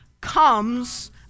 Comes